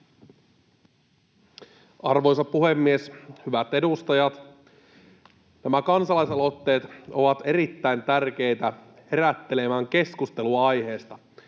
Arvoisa puhemies! Hyvät edustajat! Nämä kansalaisaloitteet ovat erittäin tärkeitä herättelemään keskustelua aiheesta.